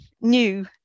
new